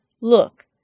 Look